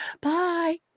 Bye